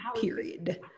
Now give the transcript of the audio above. Period